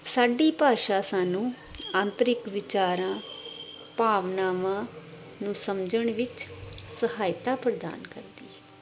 ਸਾਡੀ ਭਾਸ਼ਾ ਸਾਨੂੰ ਅੰਤਰਿਕ ਵਿਚਾਰਾਂ ਭਾਵਨਾਵਾਂ ਨੂੰ ਸਮਝਣ ਵਿੱਚ ਸਹਾਇਤਾ ਪ੍ਰਦਾਨ ਕਰਦੀ ਹੈ